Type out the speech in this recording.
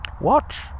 Watch